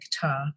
guitar